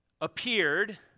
appeared